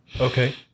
Okay